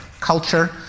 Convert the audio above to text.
culture